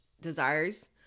desires